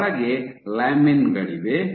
ಒಳಗೆ ಲ್ಯಾಮಿನ ಗಳಿವೆ